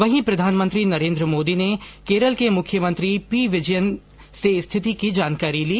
वहीं प्रधानमंत्री नरेन्द्र मोदी ने केरल के मुख्यमंत्री पी विजयन से स्थिति की जानकारी ली